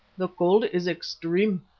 the cold is extreme,